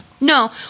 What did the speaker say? No